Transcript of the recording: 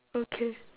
okay